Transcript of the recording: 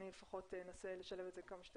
אני לפחות אנסה לשלב את זה כמה שיותר